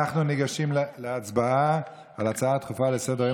אנחנו ניגשים להצבעה על ההצעה הדחופה לסדר-היום